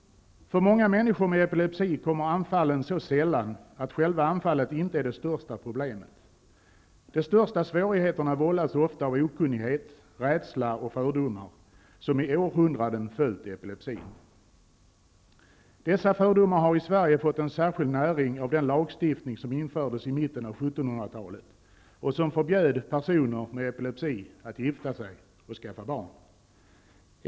För många människor med epilepsi kommer anfallen så sällan att själva anfallet inte är det största problemet. De största svårigheterna vållas ofta av okunnighet, rädsla och fördomar som i århundraden följt epilepsin. Dessa fördomar har i Sverige fått särskild näring av den lagstiftning som infördes i mitten av 1700-talet och som förbjöd personer med epilepsi att gifta sig och skaffa barn.